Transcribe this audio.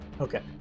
Okay